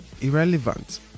irrelevant